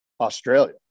Australia